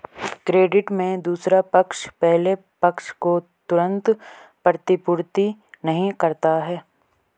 credit में दूसरा पक्ष पहले पक्ष को तुरंत प्रतिपूर्ति नहीं करता है